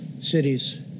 cities